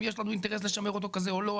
יש לנו אינטרס לשמר אותו כזה או לא,